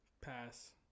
Pass